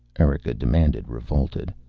erika demanded, revolted.